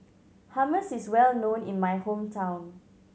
hummus is well known in my hometown